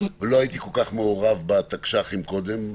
ולא הייתי כל כך מעורב בתקש"חים קודם,